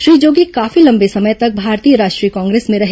श्री जोगी काफी लंबे समय तक भारतीय राष्ट्रीय कांग्रेस में रहे